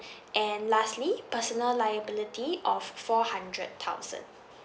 and lastly personal liability of four hundred thousand